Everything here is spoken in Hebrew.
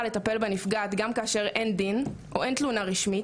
לטפל בנפגעת גם כאשר אין דין או אין תלונה רשמית.